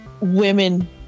women